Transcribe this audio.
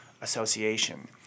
association